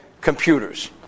computers